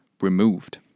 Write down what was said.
removed